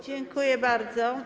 Dziękuję bardzo.